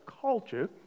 culture